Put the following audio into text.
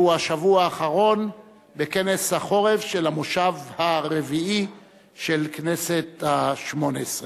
שהוא השבוע האחרון בכנס החורף של המושב הרביעי של הכנסת השמונה-עשרה.